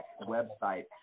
website